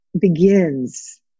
begins